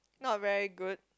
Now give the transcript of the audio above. not very good